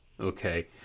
okay